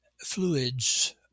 fluids